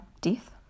Death